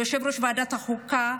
ליושב-ראש ועדת החוקה,